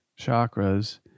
chakras